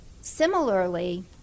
Similarly